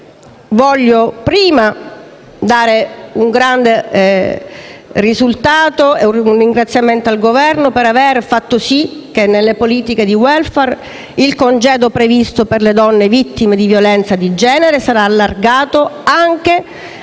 esprimere un grande ringraziamento al Governo per aver fatto sì che nelle politiche di *welfare* il congedo previsto per le donne vittime di violenza di genere sarà allargato anche